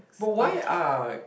but why are